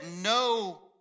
No